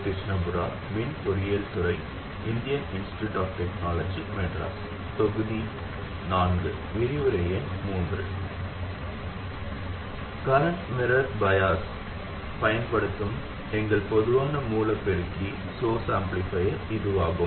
current mirror பயாஸைப் பயன்படுத்தும் எங்கள் பொதுவான மூல பெருக்கி இதுவாகும்